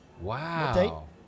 Wow